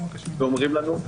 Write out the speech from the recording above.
אומרים לנו,